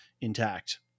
intact